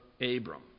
Abram